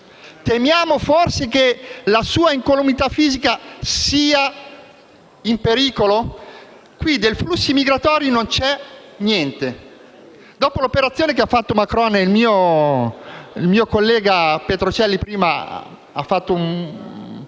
Temiamo forse che la sua incolumità fisica sia in pericolo? Qui, dei flussi migratori non c'è niente. Dopo l'operazione che ha fatto Macron - e il mio collega Petrocelli nel suo intervento